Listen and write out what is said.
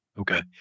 Okay